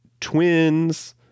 Twins